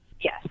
yes